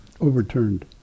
overturned